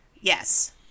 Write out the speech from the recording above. Yes